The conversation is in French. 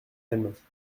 mêmes